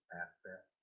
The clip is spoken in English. asset